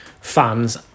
fans